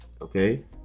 okay